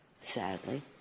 sadly